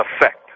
effect